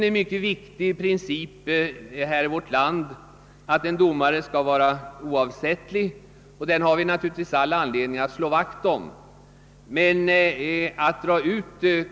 Det är en viktig princip här i vårt land att en domare skall vara oavsättlig, och den principen har vi all anledning att slå vakt om.